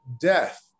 death